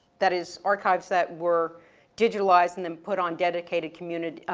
that is archives that were digitalized, and then put on dedicated community,